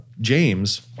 James